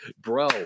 bro